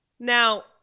Now